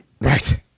right